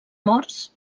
morts